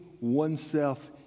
oneself